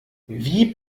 wie